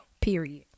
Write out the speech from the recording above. period